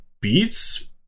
beats